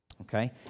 okay